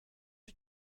die